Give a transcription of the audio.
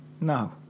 No